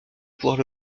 pouvoir